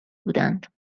بودند